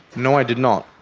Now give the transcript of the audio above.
no, i did not.